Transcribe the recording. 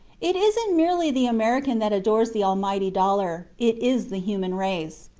it isn't merely the american that adores the almighty dollar, it is the human race.